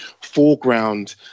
foreground